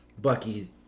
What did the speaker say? Bucky